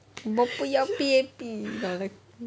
我不要 P_A_P